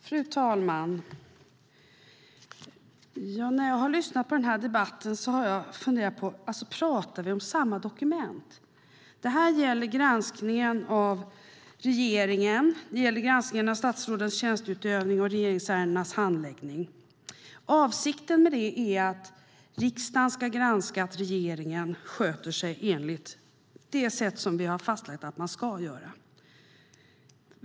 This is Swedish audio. Fru talman! När jag har lyssnat på denna debatt har jag funderat på om vi pratar om samma dokument. Detta gäller granskningen av regeringen, statsrådens tjänsteutövning och regeringsärendenas handläggning. Avsikten är att riksdagen ska granska att regeringen sköter sig enligt det sätt vi har fastlagt att den ska göra.